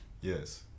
yes